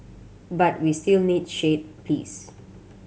but we still need shade please